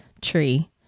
tree